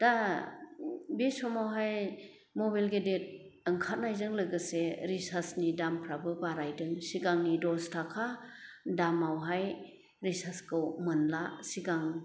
दा बे समावहाय मबेल गेदेद ओंखादनायजों लोगोसे रिसार्चनि दामफ्राबो बारायदों सिगांनि दस ताका दामावहाय रिसार्चखौ मोनला सिगां